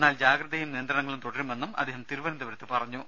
എന്നാൽ ജാഗ്രതയും നിയന്ത്രണങ്ങളും തുടരണമെന്നും അദ്ദേഹം തിരുവനന്തപുരത്ത് പറഞ്ഞു